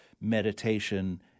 meditation